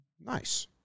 nice